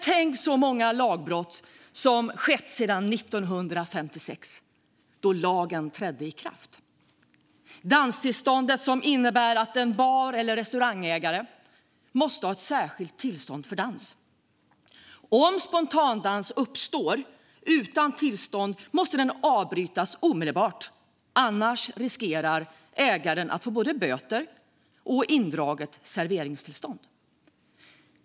Tänk så många lagbrott som skett sedan 1956, då lagen trädde i kraft. Danstillståndet innebär att en bar eller restaurangägare måste ha ett särskilt tillstånd för dans. Om spontandans uppstår utan tillstånd måste den avbrytas omedelbart, annars riskerar ägaren att få både böter och indraget serveringstillstånd.